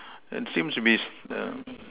that seems to be s~ uh